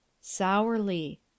sourly